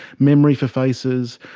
memory for faces,